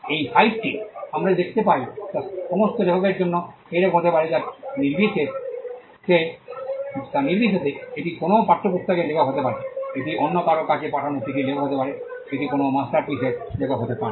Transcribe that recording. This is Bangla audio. এই সাইটটি আমরা যা দেখতে পাই তা সমস্ত লেখকের জন্য একই রকম হতে পারে তা নির্বিশেষে এটি কোনও পাঠ্যপুস্তকের লেখক হতে পারে এটি অন্য কারও কাছে পাঠানো চিঠির লেখক হতে পারে এটি কোনও মাস্টারপিসের লেখক হতে পারে